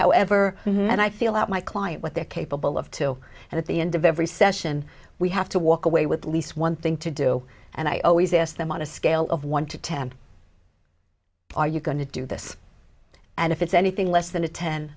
however and i feel that my client what they're capable of too and at the end of every session we have to walk away with least one thing to do and i always ask them on a scale of one to ten are you going to do this and if it's anything less than a ten